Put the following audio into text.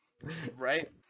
Right